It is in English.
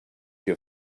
your